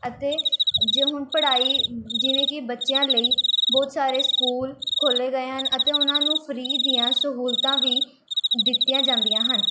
ਅਤੇ ਜੇ ਹੁਣ ਪੜ੍ਹਾਈ ਜਿਵੇਂ ਕਿ ਬੱਚਿਆਂ ਲਈ ਬਹੁਤ ਸਾਰੇ ਸਕੂਲ ਖੋਲ੍ਹੇ ਗਏ ਹਨ ਅਤੇ ਉਹਨਾਂ ਨੂੰ ਫ੍ਰੀ ਦੀਆਂ ਸਹੂਲਤਾਂ ਵੀ ਦਿੱਤੀਆਂ ਜਾਂਦੀਆਂ ਹਨ